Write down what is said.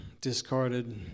discarded